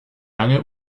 lange